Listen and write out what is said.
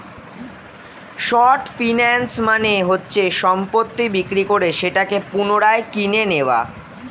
short finance মানে হচ্ছে সম্পত্তি বিক্রি করে সেটাকে পুনরায় কিনে নেয়া